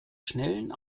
schnellen